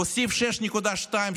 הוסיף 6.2,